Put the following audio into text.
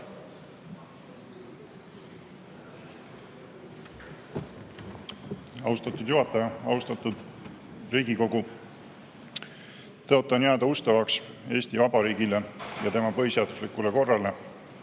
Austatud juhataja! Austatud Riigikogu! Tõotan jääda ustavaks Eesti Vabariigile ja tema põhiseaduslikule korrale.